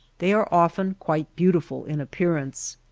they are often quite beautiful in appearance.